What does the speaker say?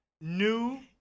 new